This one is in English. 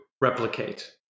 replicate